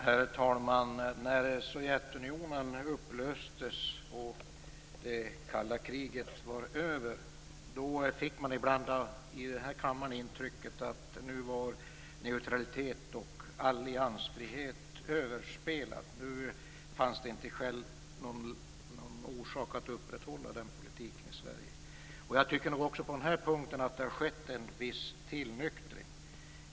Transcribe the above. Herr talman! När Sovjetunionen upplöstes och det kalla kriget var över fick man ibland i denna kammare ett intryck av att neutralitet och alliansfrihet var överspelade, att det inte fanns någon orsak att upprätthålla den politiken i Sverige. Jag tycker att det har skett en viss tillnyktring på den punkten.